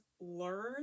learn